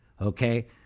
okay